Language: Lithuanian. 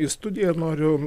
į studiją ir noriu